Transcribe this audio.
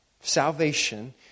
Salvation